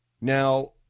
Now